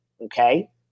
okay